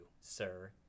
sir